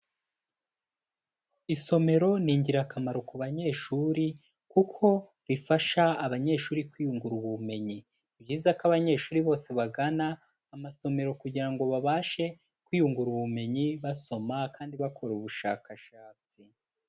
Isomero ni ingirakamaro ku banyeshuri kuko rifasha abanyeshuri kwiyungura ubumenyi. Ni byiza ko abanyeshuri bose bagana amasomero kugira ngo babashe kwiyungura ubumenyi basoma kandi bakora ubushakashatsi.